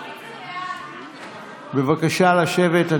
אחרונים, בבקשה לשבת.